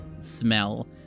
smell